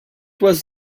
was